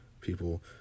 people